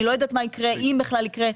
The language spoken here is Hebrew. אני לא יודעת מה יקרה אם בכלל יקרה,